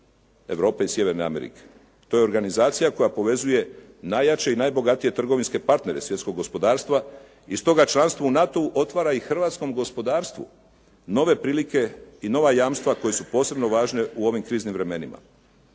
Europe i Sjeverne Amerike. To je organizacija koja povezuje najjače i najbogatije trgovinske partnere svjetskog gospodarstva i stoga članstvo u NATO-u otvara i hrvatskom gospodarstvu nove prilike i nova jamstva koja su posebno važna u ovim kriznim vremenima.